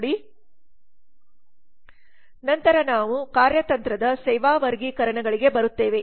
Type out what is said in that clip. ನಂತರ ನಾವು ಕಾರ್ಯತಂತ್ರದ ಸೇವಾ ವರ್ಗೀಕರಣಗಳಿಗೆ ಬರುತ್ತೇವೆ